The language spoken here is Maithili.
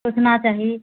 सोचना चाही